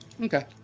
Okay